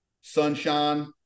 Sunshine